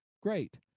great